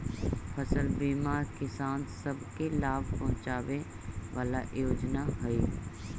फसल बीमा किसान सब के लाभ पहुंचाबे वाला योजना हई